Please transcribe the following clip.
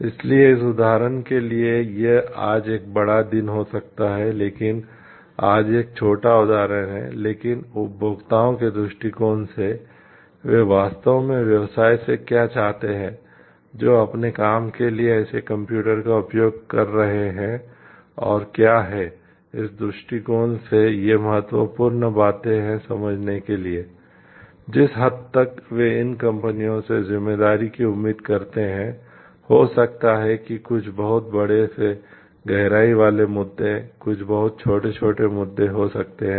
इसलिए इस उदाहरण के लिए यह आज एक बड़ा दिन हो सकता है लेकिन आज एक छोटा उदाहरण है लेकिन उपभोक्ताओं के दृष्टिकोण से वे वास्तव में व्यवसाय से क्या चाहते हैं जो अपने काम के लिए ऐसे कंप्यूटर हो सकता है